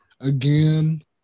again